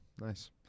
Nice